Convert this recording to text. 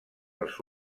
els